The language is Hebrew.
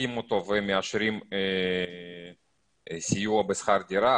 בודקים אותו ומאשרים סיוע בשכר דירה,